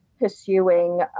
pursuing